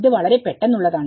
ഇത് വളരെ പെട്ടെന്നുള്ളതാണ്